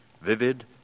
Vivid